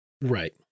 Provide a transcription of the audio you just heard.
Right